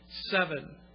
Seven